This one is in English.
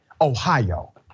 Ohio